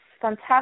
fantastic